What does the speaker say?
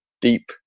deep